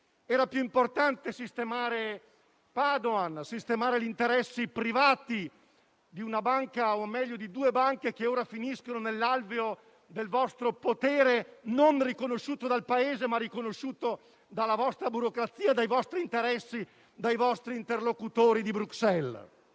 Era più importante sistemare Padoan, sistemare gli interessi privati di una banca, o meglio di due banche, che ora finiscono nell'alveo del vostro potere, non riconosciuto dal Paese ma riconosciuto dalla vostra burocrazia, dai vostri interessi e dai vostri interlocutori di Bruxelles.